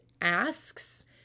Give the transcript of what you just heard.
asks